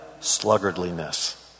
sluggardliness